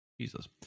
jesus